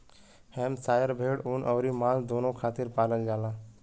Hampshire भेड़ ऊन अउरी मांस दूनो खातिर पालल जाला